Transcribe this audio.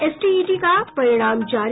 STET का परिणाम जारी